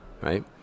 Right